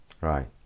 Right